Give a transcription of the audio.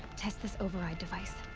test this override device.